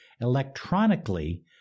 electronically